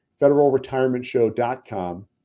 federalretirementshow.com